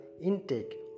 intake